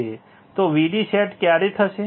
તો VD set ક્યારે થશે